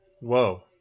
Whoa